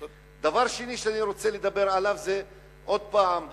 דבר שני שאני רוצה לדבר עליו, עוד פעם השבוע,